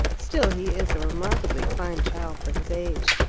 still, he is a remarkably fine child for his age.